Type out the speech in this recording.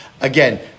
again